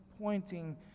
pointing